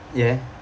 ya